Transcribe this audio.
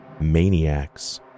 maniacs